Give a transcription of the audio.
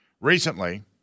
Recently